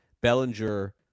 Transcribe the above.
Bellinger